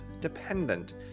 dependent